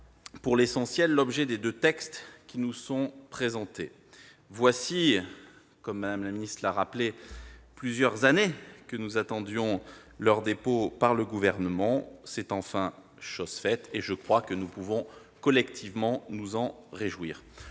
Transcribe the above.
pour l'essentiel, l'objet des deux textes qui nous sont présentés. Comme Mme la ministre l'a rappelé, voilà plusieurs années que nous attendions leur dépôt par le Gouvernement. C'est chose faite, et je crois que nous pouvons collectivement nous en réjouir